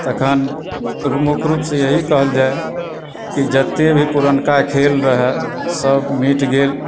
तखन मुख्य रुपसँ यही कहल जाए कि जतय भी पुरनका खेल रहय सभ मिट गेल